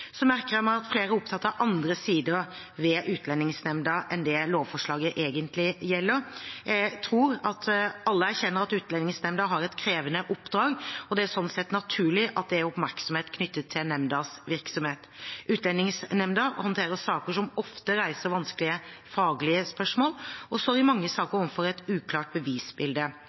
Så merker jeg meg at flere er opptatt av andre sider ved Utlendingsnemnda enn det lovforslaget egentlig gjelder. Jeg tror at alle erkjenner at Utlendingsnemnda har et krevende oppdrag, og det er sånn sett naturlig at det er oppmerksomhet knyttet til nemndas virksomhet. Utlendingsnemnda håndterer saker som ofte reiser vanskelige faglige spørsmål, og står i mange saker overfor et uklart bevisbilde.